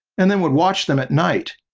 and then would watch them at night.